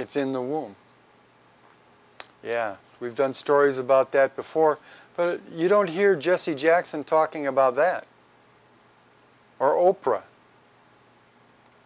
it's in the womb yeah we've done stories about that before but you don't hear jesse jackson talking about that or oprah